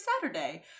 Saturday